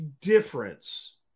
difference